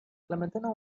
klementyna